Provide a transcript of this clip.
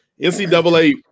NCAA